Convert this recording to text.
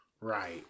Right